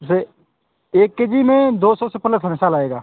जैसे एक K G में दो सौ से प्लस हमेशा लाएगा